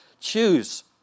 Choose